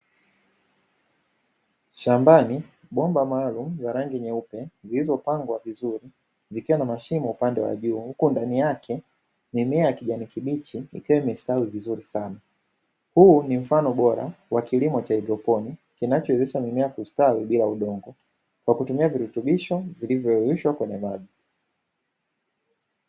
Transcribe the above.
Shambani bomba maalumu la rangi nyeupe zilizopangwa vizuri, zikiwa na mashimo upande wa juu, huku ndani yake mimea ya kijani kibichi ikiwa imestawi vizuri sana. Huu ni mfano bora wa kilimo cha haidroponi, kinachowezesha mimea kustawi bila udongo, kwa kutumia virutubisho vilivyoyeyushwa kwenye maji.